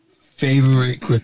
Favorite